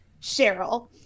Cheryl